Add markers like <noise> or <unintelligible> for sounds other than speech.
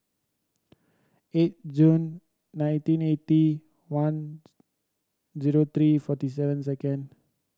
eight June nineteen eighty one <unintelligible> zero three forty seven second